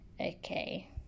Okay